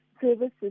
services